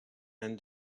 and